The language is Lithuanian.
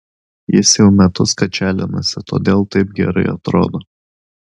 jis jau metus kačialinasi todėl taip gerai atrodo